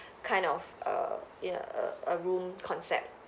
kind of err ya a a room concept